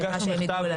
אני מניחה שהם יתנו.